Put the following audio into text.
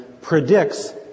predicts